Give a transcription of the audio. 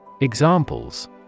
Examples